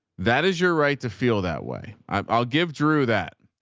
that is your right to feel that way. i'll give drew that,